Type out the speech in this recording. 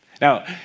Now